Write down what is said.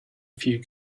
few